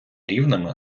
рівними